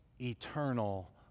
Eternal